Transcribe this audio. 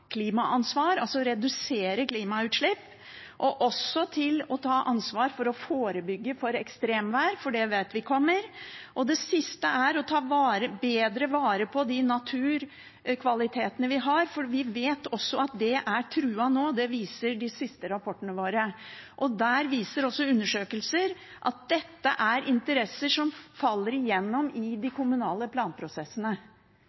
klimaansvar, altså redusere klimagassutslipp, og også til å ta ansvar for å forebygge ekstremvær, for det vet vi kommer. Det siste er å ta bedre vare på de naturkvalitetene vi har, for vi vet at de er truet nå, det viser de siste rapportene våre. Der viser også undersøkelser at dette er interesser som faller igjennom i de